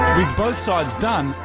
with both sides done,